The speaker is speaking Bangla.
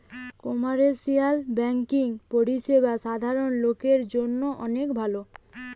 কমার্শিয়াল বেংকিং পরিষেবা সাধারণ লোকের জন্য অনেক ভালো